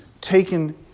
taken